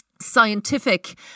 scientific